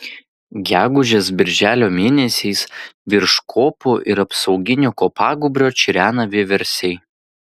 gegužės birželio mėnesiais virš kopų ir apsauginio kopagūbrio čirena vieversiai